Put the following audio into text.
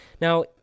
Now